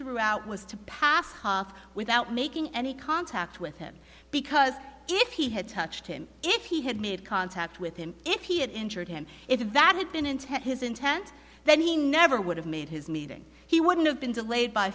throughout was to pass half without making any contact with him because if he had touched him if he had made contact with him if he had injured him if that had been intent his intent then he never would have made his meeting he wouldn't have been delayed by